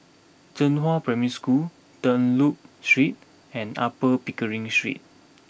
Zhenghua Primary School Dunlop Street and Upper Pickering Street